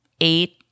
eight